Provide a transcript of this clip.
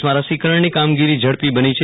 દેશમાં રસીકરણની કામગીરી ઝડપી બની છે